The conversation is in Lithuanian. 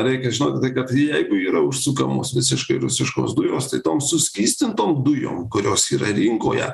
reikia žinoti tai kad jeigu yra užsukamos visiškai rusiškos dujos tai tom suskystintom dujom kurios yra rinkoje